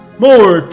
more